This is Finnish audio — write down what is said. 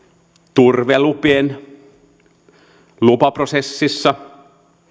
turvelupien lupaprosessissa